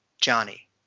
Johnny